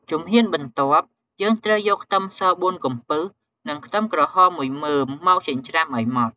ជំហានបន្ទាប់ យើងត្រូវយកខ្ទឹមស៤កំពឹស និងខ្ទឹមក្រហម ១មើមមកចិញ្រ្ចាំឲ្យម៉ដ្ឋ។